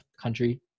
country